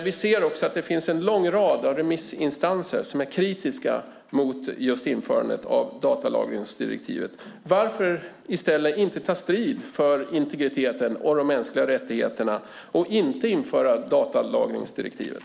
Vi ser också att det finns en lång rad remissinstanser som är kritiska mot införandet av datalagringsdirektivet. Varför inte i stället ta strid för integriteten och de mänskliga rättigheterna och låta bli att införa datalagringsdirektivet?